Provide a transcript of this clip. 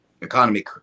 economy